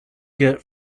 get